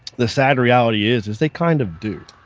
the sad reality is, is they kind of do.